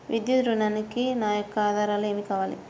విద్యా ఋణంకి నా యొక్క ఆధారాలు ఏమి కావాలి?